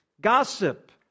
gossip